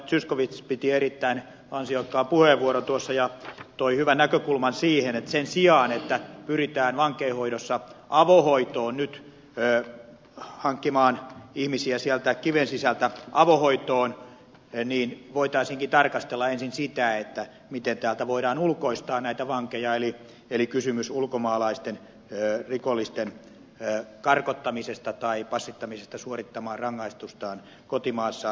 zyskowicz piti erittäin ansiokkaan puheenvuoron tuossa ja toi hyvän näkökulman siihen että sen sijaan että pyritään vankeinhoidossa nyt hankkimaan ihmisiä sieltä kiven sisältä avohoitoon voitaisiinkin tarkastella ensin sitä miten täältä voidaan ulkoistaa näitä vankeja eli kysymys on ulkomaalaisten rikollisten karkottamisesta tai passittamisesta suorittamaan rangaistustaan kotimaassaan